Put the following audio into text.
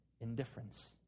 indifference